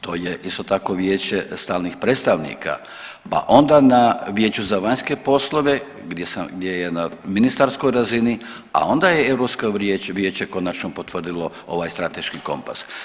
To je isto tako Vijeće stalnih predstavnika, pa onda na Vijeću za vanjske poslove gdje je na ministarskoj razini, a onda je Europsko vijeće konačno potvrdilo ovaj strateški kompas.